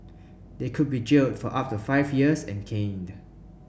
they could be jailed for up to five years and caned